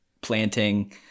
planting